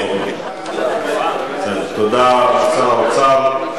תודה לשר האוצר.